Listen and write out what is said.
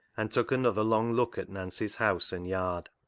and took another long look at nancy's house and yard.